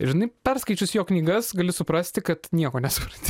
žinai perskaičius jo knygas gali suprasti kad nieko nesupranti